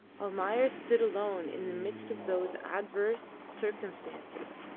almayer stood alone in the midst of those adverse circumstances,